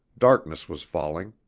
darkness was falling.